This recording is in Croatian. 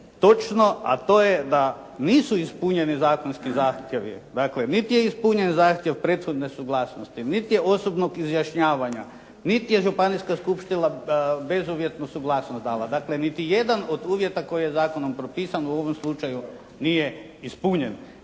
točno, a to je da nisu ispunjeni zakonski zahtjevi, dakle niti je ispunjen zahtjev prethodne suglasnosti, niti osobnog izjašnjavanja, niti je županijska skupština bezuvjetnu suglasnost dala. Dakle, niti jedan od uvjeta koje je zakonom propisano u ovom slučaju nije ispunjen.